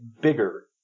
bigger